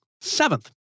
seventh